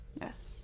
Yes